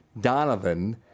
Donovan